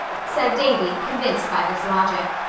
said davy, convinced by this logic.